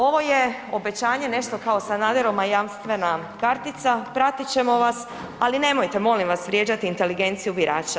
Ovo je obećanje nešto kao SAnaderova jamstvena kartica, pratit ćemo vas, ali nemojte molim vas vrijeđati inteligenciju birača.